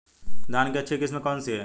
धान की अच्छी किस्म कौन सी है?